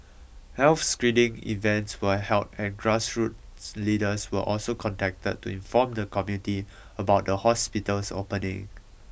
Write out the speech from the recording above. health screening events were held and grassroots leaders were also contacted to inform the community about the hospital's opening